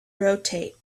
rotate